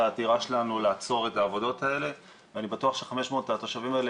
העתירה שלנו לעצור את העבודות האלה ואני בטוח ש-500 התושבים האלה